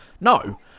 no